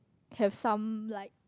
have some like